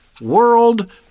world